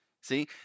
See